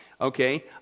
okay